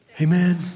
Amen